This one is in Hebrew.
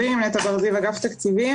אני מדבר אתך על התמיכה השוטפת.